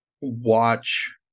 watch